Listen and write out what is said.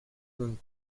going